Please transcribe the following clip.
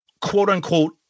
quote-unquote